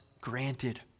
granted